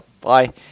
Bye